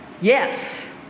yes